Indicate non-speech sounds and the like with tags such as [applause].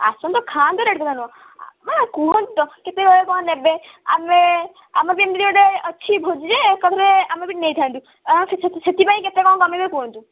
ଆସନ୍ତୁ ଖାଆନ୍ତୁ ରେଟ୍ [unintelligible] ହଁ କୁହନ୍ତୁ ତ [unintelligible] ନେବେ ଆମେ ଆମେ ବି ଏମିତି ଗୋଟେ ଅଛି ଭୋଜି ଯେ ଏକାଥରେ ଆମେବି ନେଇଥାନ୍ତୁ ଆ ସେଥିପାଇଁ କେତେ କଣ କମେଇବେ କୁହନ୍ତୁ